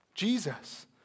Jesus